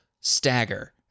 stagger